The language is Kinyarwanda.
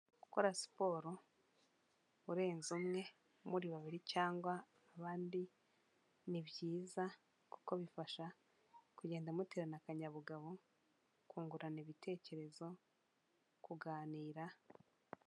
Gukora siporo urenze umwe, muri babiri cyangwa abandi, ni byiza kuko bifasha kugenda muterana akanyabugabo, kungurana ibitekerezo, kuganira.